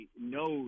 knows